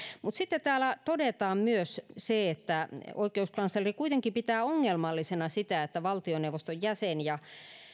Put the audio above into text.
mutta sitten täällä todetaan myös se että oikeuskansleri kuitenkin pitää ongelmallisena sitä että valtioneuvoston jäsen ja